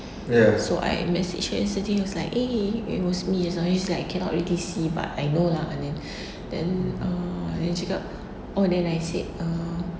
so I message her yesterday was like eh it was me as just now she was like cannot already see but I know lah and then err and then dia cakap oo then I said um